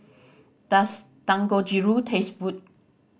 does Dangojiru taste good